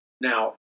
Now